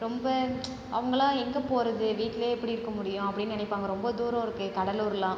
ரொம்ப அவங்கள்லா எங்கே போகிறது வீட்டிலயே எப்படி இருக்க முடியும் அப்படின்னு நினைப்பாங்க ரொம்ப தூரம் இருக்கே கடலுர்லாம்